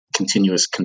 Continuous